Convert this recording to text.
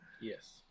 yes